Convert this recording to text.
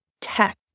tech